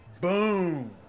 Boom